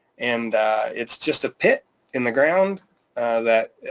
and it's just a pit in the ground that